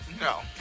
No